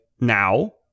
now